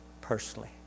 personally